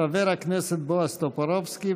חבר הכנסת בועז טופורובסקי,